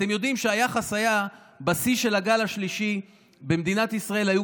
אתם יודעים שבשיא של הגל השלישי במדינת ישראל היחס היה,